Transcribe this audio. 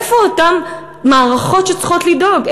איפה אותן מערכות שצריכות לדאוג?